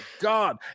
God